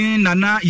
nana